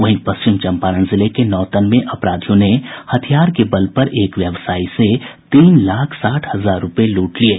वहीं पश्चिम चंपारण जिले के नौतन में अपराधियों ने हथियार के बल पर एक व्यवसायी से तीन लाख साठ हजार रूपये लूट लिये